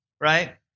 right